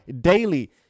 daily